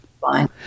Fine